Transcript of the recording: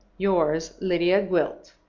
yours, lydia gwilt.